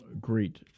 great